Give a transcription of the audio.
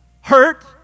hurt